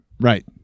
right